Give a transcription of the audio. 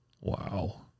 Wow